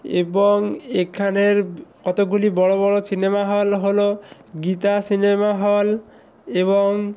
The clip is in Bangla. এবং এখানের কতকগুলি বড়ো বড়ো সিনেমা হল হলো গীতা সিনেমা হল এবং